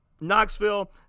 Knoxville